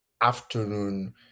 afternoon